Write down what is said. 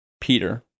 Peter